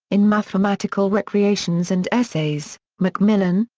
in mathematical recreations and essays, macmillan,